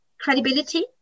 credibility